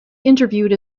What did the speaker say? interviewed